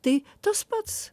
tai tas pats